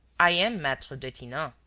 i am maitre detinan.